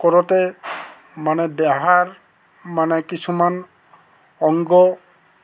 কৰোতে মানে দেহাৰ মানে কিছুমান অংগ